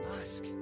ask